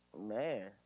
Man